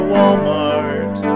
Walmart